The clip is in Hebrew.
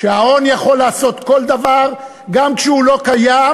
שההון יכול לעשות כל דבר גם כשהוא לא קיים,